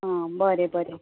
आं बरें बरें